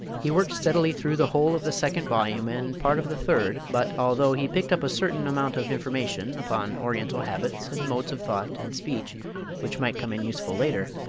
he worked steadily through the whole of the second volume and part of the third but, although he picked up a certain amount of information upon oriental habits and modes of thought and speech which might come in useful later,